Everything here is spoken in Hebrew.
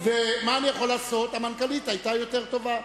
ומה אני יכול לעשות, המנכ"לית היתה יותר טובה.